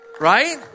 right